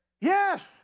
Yes